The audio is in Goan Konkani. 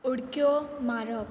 उडक्यो मारप